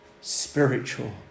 spiritual